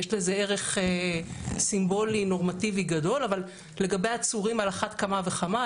יש לזה ערך סימבולי נורמטיבי גדול אבל לגבי עצורים על אחת כמה וכמה.